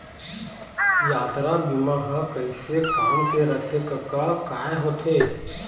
यातरा बीमा ह कइसे काम के रथे कका काय होथे?